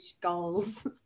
goals